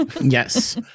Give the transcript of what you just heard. Yes